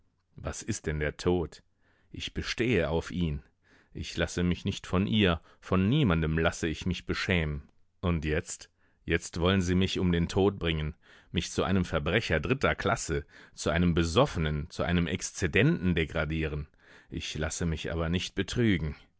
was ist denn der tod ich bestehe auf ihn ich lasse mich nicht von ihr von niemandem lasse ich mich beschämen und jetzt jetzt wollen sie mich um den tod bringen mich zu einem verbrecher dritter klasse zu einem besoffenen zu einem exzedenten degradieren ich lasse mich aber nicht betrügen